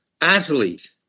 athlete